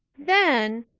then,